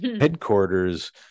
headquarters